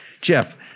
Jeff